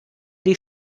die